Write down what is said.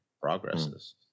progresses